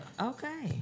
Okay